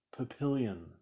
papillion